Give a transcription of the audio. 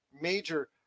major